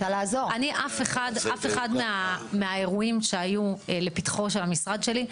אף אחד מהאירועים שהגיעו לפתחו של המשרד שלי,